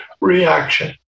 reaction